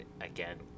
again